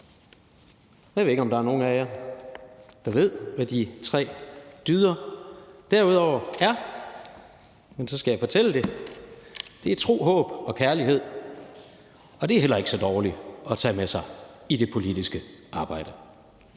Jeg ved ikke, om der er nogen af jer, der ved, hvad de tre dyder er, men så skal jeg fortælle det – det er tro, håb og kærlighed. Og det er heller ikke så dårligt at tage med sig i det politiske arbejde.